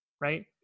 Right